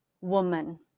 woman